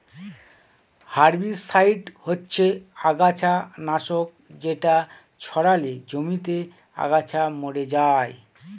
herbicide হচ্ছে আগাছা নাশক যেটা ছড়ালে জমিতে আগাছা মরে যায়